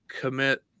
commit